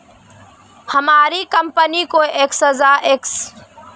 हमारी कंपनी को excise duty देने में कोई एतराज नहीं है